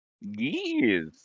yes